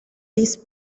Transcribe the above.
these